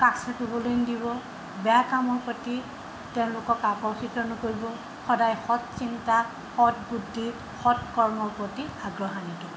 কাষ চাপিবলৈ নিদিব বেয়া কামৰ প্ৰতি তেওঁলোকক আকৰ্ষিত নকৰিব সদায় সৎচিন্তা সৎ বুদ্ধি সৎকৰ্মৰ প্ৰতি আগ্ৰহ আনি দিব